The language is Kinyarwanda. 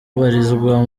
abarizwa